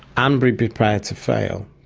um be prepared to fail,